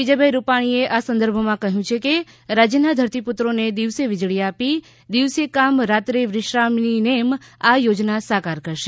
વિજયભાઇ રૂપાણીએ આ સંદર્ભમાં કહ્યું કે રાજ્યના ધરતીપુત્રોને દિવસે વીજળી આપી દિવસે કામ રાત્રે વિશ્રામની નેમ આ યોજના સાકાર કરશે